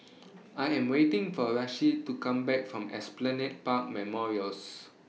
I Am waiting For Rasheed to Come Back from Esplanade Park Memorials